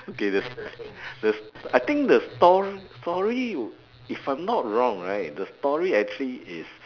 okay the s~ the s~ I think the stor~ story if I'm not wrong right the story actually is